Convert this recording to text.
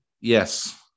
Yes